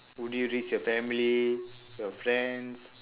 would you risk your family your friends